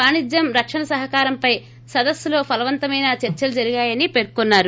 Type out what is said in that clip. వాణిజ్యం రక్షణ సహకారంపై సదస్సులో ఫలవంతమైన చర్చలు జరిగాయని పేర్కొన్నారు